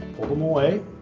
pull them away,